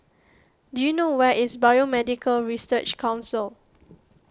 do you know where is Biomedical Research Council